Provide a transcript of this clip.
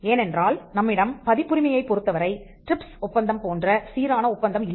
ஏனென்றால் நம்மிடம் பதிப்புரிமையைப் பொருத்தவரை டிரிப்ஸ் ஒப்பந்தம் போன்ற சீரான ஒப்பந்தம் இல்லை